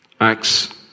Acts